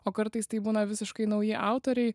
o kartais tai būna visiškai nauji autoriai